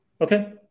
Okay